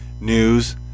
news